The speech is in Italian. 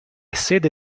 sede